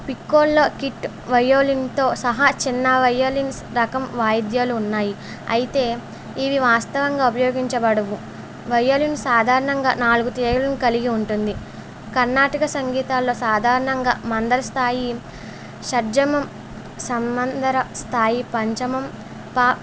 piccolo kit వయోలిన్తో సహా చిన్న వయోలిన్స్ రకం వాయిద్యాలు ఉన్నాయి అయితే ఇవి వాస్తవంగా ఉపయోగించబడవు వయోలిన్ సాధారణంగా నాలుగు తీగలను కలిగి ఉంటుంది కర్ణాటక సంగీతాల్లో సాధారణంగా మందర స్థాయి షడ్జమం సంమందర స్థాయి పంచమం ప